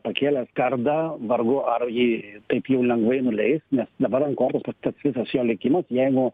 pakėlęs kardą vargu ar jį taip jau lengvai nuleis nes dabar ant kortos pastatytas jo likimas jeigu